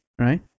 right